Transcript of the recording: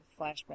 Flashback